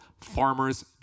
Farmer's